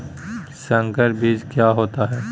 संकर बीज क्या होता है?